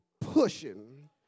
pushing